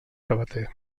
sabater